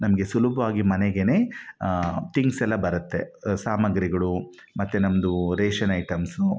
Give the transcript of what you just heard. ನಮಗೆ ಸುಲಭವಾಗಿ ಮನೆಗೆನೇ ತಿಂಗ್ಸ್ ಎಲ್ಲ ಬರುತ್ತೆ ಸಾಮಗ್ರಿಗಳು ಮತ್ತು ನಮ್ದು ರೇಷನ್ ಐಟಮ್ಸ